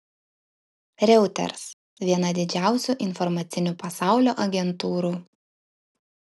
reuters viena didžiausių informacinių pasaulio agentūrų